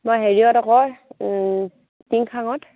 মই হেৰিয়ত আকৌ তিংখাঙত